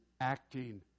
acting